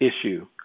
issue